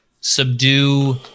subdue